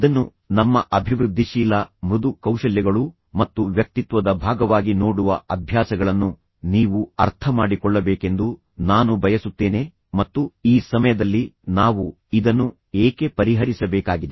ಇದನ್ನು ನಮ್ಮ ಅಭಿವೃದ್ಧಿಶೀಲ ಮೃದು ಕೌಶಲ್ಯಗಳು ಮತ್ತು ವ್ಯಕ್ತಿತ್ವದ ಭಾಗವಾಗಿ ನೋಡುವ ಅಭ್ಯಾಸಗಳನ್ನು ನೀವು ಅರ್ಥಮಾಡಿಕೊಳ್ಳಬೇಕೆಂದು ನಾನು ಬಯಸುತ್ತೇನೆ ಮತ್ತು ಈ ಸಮಯದಲ್ಲಿ ನಾವು ಇದನ್ನು ಏಕೆ ಪರಿಹರಿಸಬೇಕಾಗಿದೆ